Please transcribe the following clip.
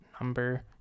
number